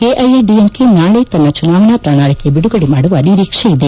ಎಐಎಡಿಎಂಕೆ ನಾಳೆ ತನ್ನ ಚುನಾವಣಾ ಪ್ರಣಾಳಿಕೆ ಬಿದುಗಡೆ ಮಾಡುವ ನಿರೀಕ್ಷೆ ಇದೆ